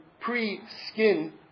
pre-skin